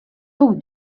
puc